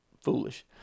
foolish